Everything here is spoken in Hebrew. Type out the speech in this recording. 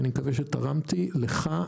אני מקווה שתרמתי- לך,